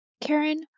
Karen